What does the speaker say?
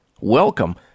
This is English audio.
Welcome